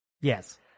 Yes